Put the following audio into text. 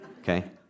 okay